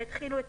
שהתחילו את